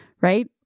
right